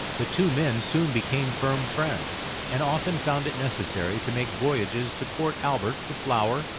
the two men soon became firm friends, and often found it necessary to make voyages to port albert for flour,